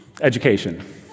Education